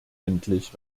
endlich